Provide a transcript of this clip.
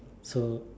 so